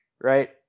right